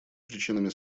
причинами